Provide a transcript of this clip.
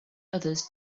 others